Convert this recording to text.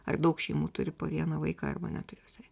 ar daug šeimų turi po vieną vaiką arba neturi visai